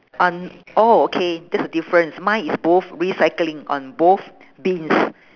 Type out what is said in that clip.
on oh okay that's the difference mine is both recycling on both bins